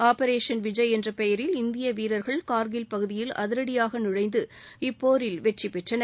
operation Vijay என்ற பெயரில் இந்திய வீரர்கள் ஊர்கில் பகுதியில் அதிரடியாக நழைந்து இப்போரில் வெற்றி பெற்றளர்